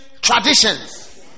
traditions